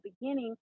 beginning